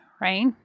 right